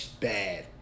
Bad